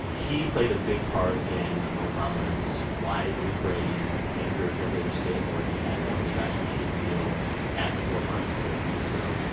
he played a big part in obama's widely praised anger translator skit where he had one of the guys from key and peele at the correspondents dinner a few years ago.